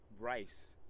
rice